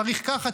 צריך ככה,